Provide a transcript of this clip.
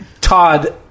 Todd